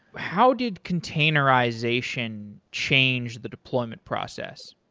how did containerization changed the deployment process?